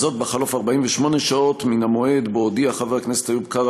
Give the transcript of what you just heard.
בחלוף 48 שעות מן המועד שבו הודיע חבר הכנסת איוב קרא